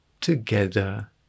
together